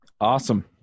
Awesome